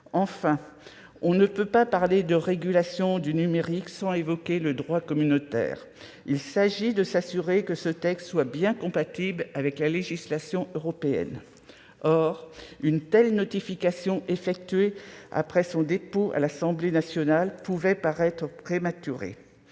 impossible d'évoquer la régulation du numérique sans évoquer le droit communautaire. Nous devons nous assurer que ce texte est bien compatible avec la législation européenne. Or une telle notification, effectuée après son dépôt à l'Assemblée nationale, pouvait paraître prématurée.